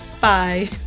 Bye